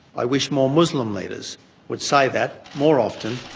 i wish more muslim leaders would say that more often,